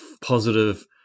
positive